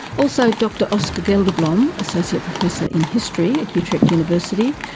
also, dr oscar gelderblom, associate professor in history at utrecht university.